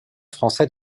français